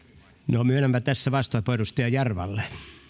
no myönnänpä tässä vastauspuheenvuoron edustaja jarvalle